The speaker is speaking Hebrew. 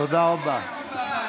תודה רבה.